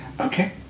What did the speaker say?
Okay